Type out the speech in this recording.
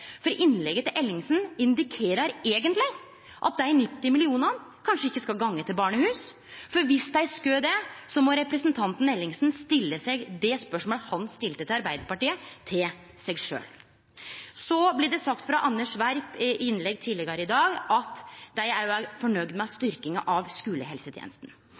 For innlegget til Ellingsen indikerer eigentleg at dei 90 millionane kanskje ikkje skal gå til barnehus – for viss dei skal det, må representanten Ellingsen stille det spørsmålet han stilte til Arbeidarpartiet, til seg sjølv. Det blei sagt av Anders B. Werp i eit innlegg tidlegare i dag at dei òg er fornøgde med styrkinga av skulehelsetenesta.